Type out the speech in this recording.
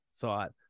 thought